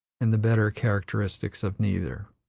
and the better characteristics of neither.